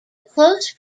close